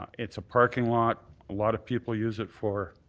it's a parking lot. a lot of people use it for